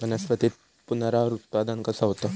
वनस्पतीत पुनरुत्पादन कसा होता?